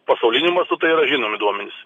pasauliniu mastu tai yra žinomi duomenys